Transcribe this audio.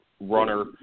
runner